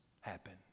happen